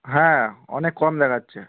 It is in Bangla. হ্যাঁ অনেক কম দেখাচ্ছে